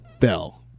fell